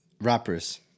Rappers